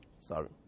sorry